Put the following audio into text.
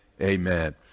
amen